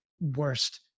worst